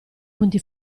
conti